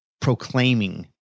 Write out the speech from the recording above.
proclaiming